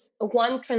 one